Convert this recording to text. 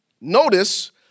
Notice